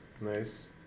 Nice